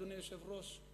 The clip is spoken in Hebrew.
אדוני היושב-ראש,